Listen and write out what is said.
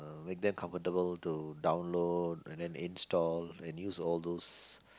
make them comfortable to download and then install and use all those